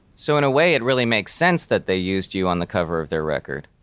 so in a way, it really makes sense that they used you on the cover of their record?